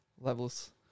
levels